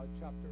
chapter